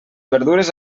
verdures